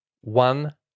one